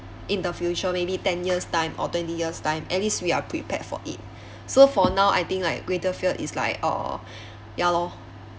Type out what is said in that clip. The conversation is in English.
in the future maybe ten years time or twenty years time at least we are prepared for it so for now I think like greater fear is like uh ya lor